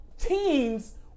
teens